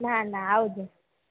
ના ના આવજો